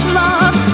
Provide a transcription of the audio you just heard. love